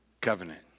covenant